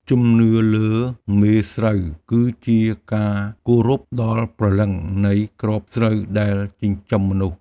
ជំនឿលើ "មេស្រូវ" គឺជាការគោរពដល់ព្រលឹងនៃគ្រាប់ស្រូវដែលចិញ្ចឹមមនុស្ស។